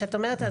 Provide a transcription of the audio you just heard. כשאת אומרת,